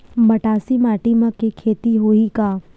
मटासी माटी म के खेती होही का?